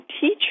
teach